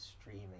streaming